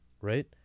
right